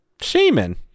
shaman